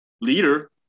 leader